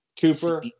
Cooper